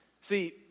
See